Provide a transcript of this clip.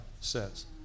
says